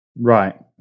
Right